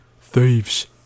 Thieves